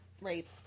rape